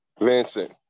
Vincent